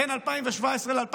ב-2017 2019?